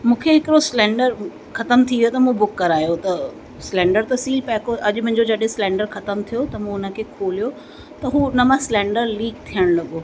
मूंखे हिकिड़ो सिलेंडर ख़तमु थी वियो त मां बुक करायो त सिलेंडर त सील पैक हो अॼ मुंहिंजो जॾहिं सिलेंडर ख़तमु थियो त मूं उनखे खोलियो त हू हुनमां सिलेंडर लीक थियणु लॻो